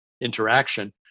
interaction